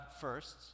first